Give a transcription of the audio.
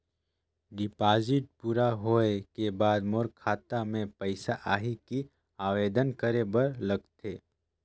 Deposit पूरा होय के बाद मोर खाता मे पइसा आही कि आवेदन करे बर लगथे?